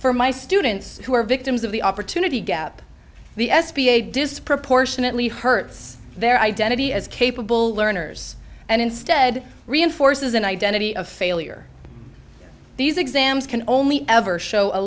for my students who are victims of the opportunity gap the s b a disproportionately hurts their identity as capable learners and instead reinforces an identity of failure these exams can only ever show a